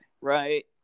right